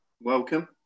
Welcome